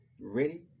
ready